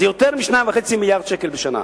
זה יותר מ-2.5 מיליארדי שקל בשנה.